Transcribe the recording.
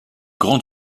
grand